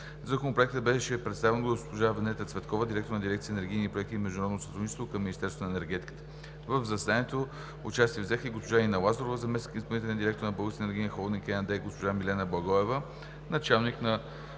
Законопроектът беше представен от госпожа Венета Цветкова – директор на дирекция „Енергийни проекти и международно сътрудничество“ към Министерството на енергетиката. В заседанието участие взеха и госпожа Ина Лазарова – заместник изпълнителен директор на „Български енергиен Холдинг“ ЕАД, госпожа Милена Благоева – началник на